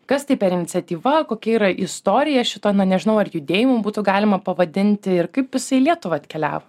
kas tai per iniciatyva kokia yra istorija šito nežinau ar judėjimu būtų galima pavadinti ir kaip jisai į lietuvą atkeliavo